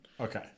Okay